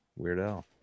weirdo